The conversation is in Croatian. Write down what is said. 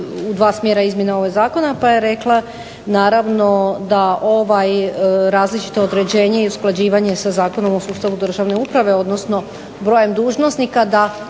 u dva smjera izmjene ovoga zakona pa je rekla da je različito određenje i usklađivanja sa Zakonom o sustavu državne uprave odnosno brojem dužnosnika da